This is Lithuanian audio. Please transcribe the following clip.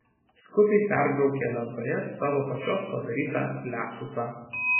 skubiai perbraukė lentoje savo pačios padarytą liapsusą